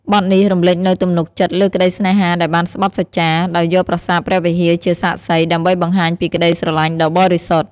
បទនេះរំលេចនូវទំនុកចិត្តលើក្តីស្នេហាដែលបានស្បថសច្ចា ដោយយកប្រាសាទព្រះវិហារជាសាក្សី ដើម្បីបង្ហាញពីក្តីស្រឡាញ់ដ៏បរិសុទ្ធ។